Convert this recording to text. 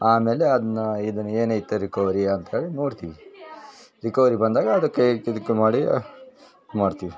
ಆಮೇಲೆ ಅದನ್ನ ಇದುನ್ನ ಏನೈತಿ ರಿಕವರಿ ಅಂತೇಳಿ ನೋಡ್ತೀವಿ ರಿಕವರಿ ಬಂದಾಗ ಅದಕ್ಕೆ ಇದುಕ್ಕೆ ಮಾಡಿ ಮಾಡ್ತೀವಿ